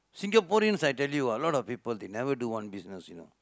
Singaporeans I tell you ah a lot of people they never do one business you know